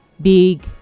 Big